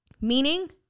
meaning